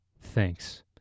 thanks